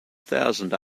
thousand